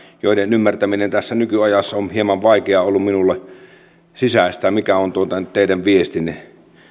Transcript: joiden ymmärtäminen tässä nykyajassa on ollut minulle hieman vaikeaa sisäistää mikä on teidän viestinne